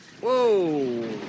Whoa